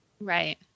right